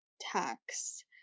tax